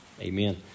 Amen